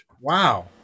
Wow